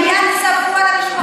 זה היה צבוע למשפחתונים.